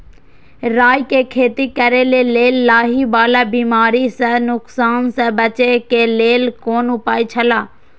राय के खेती करे के लेल लाहि वाला बिमारी स नुकसान स बचे के लेल कोन उपाय छला?